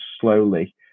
slowly